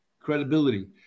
credibility